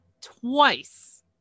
twice